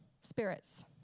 spirits